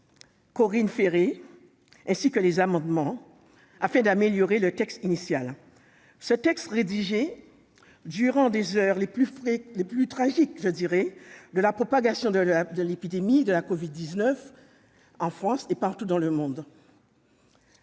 remercie pour les amendements proposés afin d'améliorer le texte initial. Ce texte, rédigé durant les heures les plus tragiques de la propagation de l'épidémie de la Covid-19 en France et partout dans le monde,